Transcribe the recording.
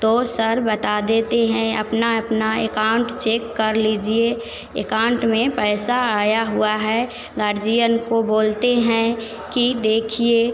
तो सर बता देते हैं अपना अपना अकाउंट चेक कर लीजिए अकाउंट में पैसा आया हुआ है गार्जियन को बोलते हैं कि देखिए